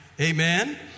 Amen